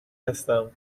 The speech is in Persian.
هستم